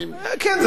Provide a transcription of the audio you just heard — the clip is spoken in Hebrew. כן,